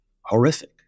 horrific